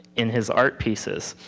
in his art pieces.